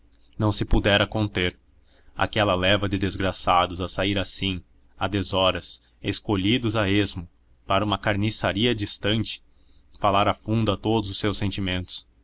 não se pudera conter aquela leva de desgraçados a sair assim a desoras escolhidos a esmo para uma carniçaria distante falara fundo a todos os seus sentimentos